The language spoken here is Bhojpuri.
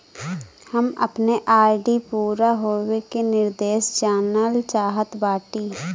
हम अपने आर.डी पूरा होवे के निर्देश जानल चाहत बाटी